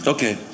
Okay